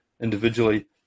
individually